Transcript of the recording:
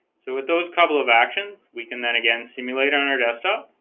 so with those couple of actions we can then again simulate on our desktop